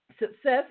Success